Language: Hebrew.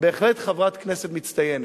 בהחלט חברת כנסת מצטיינת.